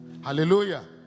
hallelujah